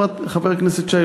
חבר הכנסת שי,